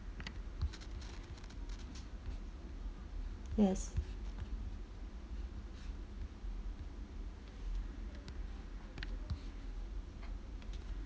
yes